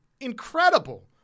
incredible